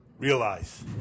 realize